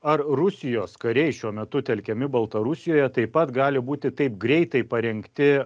ar rusijos kariai šiuo metu telkiami baltarusijoje taip pat gali būti taip greitai parengti